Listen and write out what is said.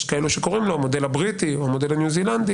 יש כאלה שקוראים לו "המודל הבריטי" או "המודל הניוזילנדי",